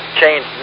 change